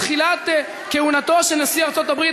בתחילת כהונתו של נשיא ארצות-הברית,